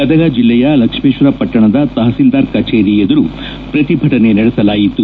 ಗದಗ ಜಿಲ್ಲೆಯ ಲಕ್ಷ್ಮೇತ್ವರ ಪಟ್ಟಣದ ತಹಸೀಲ್ದಾರ್ರ ಕಚೇರಿ ಎದುರು ಪ್ರತಿಭಟನೆ ನಡೆಸಲಾಯಿತು